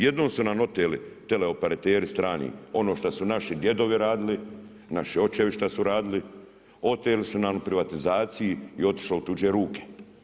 Jednom su nam oteli, teleoperateri strani, ono što su naši djedovi radili, naši očevi što su radili, oteli su nam privatizaciji i otišlo u tuđe ruke.